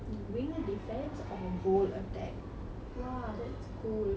!wah! that's cool have you ever played against any other school or anything